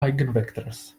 eigenvectors